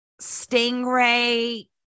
stingray